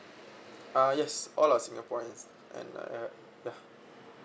uh yes all are singaporeans and err ya